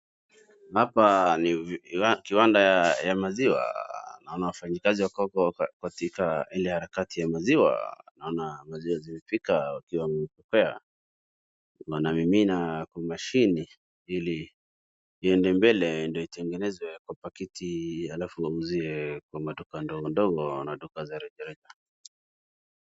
Hapa ni kiwanda ya maziwa. Naona wafanyikazi wako katika ile harakati ya maziwa. Naona maziwa zimefika wakiwa wamepokea wanamimina kwa mashine ili iende mbele ndio itengenezwe kwa pakiti alafu wauzie kwa maduka ndogo ndogo na duka za rejareja.